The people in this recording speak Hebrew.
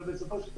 אבל בסופו של דבר,